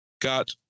Got